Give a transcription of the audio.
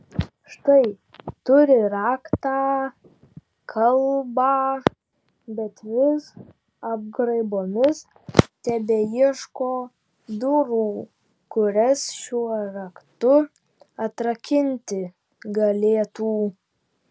štai turi raktą kalbą bet vis apgraibomis tebeieško durų kurias šiuo raktu atrakinti galėtų